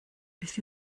beth